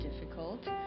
difficult